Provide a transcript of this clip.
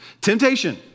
Temptation